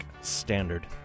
standard